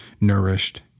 nourished